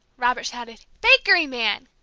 robert shouted, bakeryman!